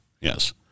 Yes